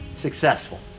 successful